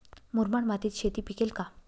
मुरमाड मातीत शेती पिकेल का?